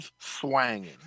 swanging